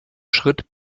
schritt